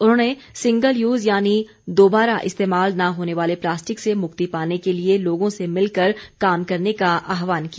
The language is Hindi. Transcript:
उन्होंने सिंगल यूज़ यानी दोबारा इस्तेमाल न होने वाले प्लास्टिक से मुक्ति पाने के लिए लोगों से मिलकर काम करने का आहवान किया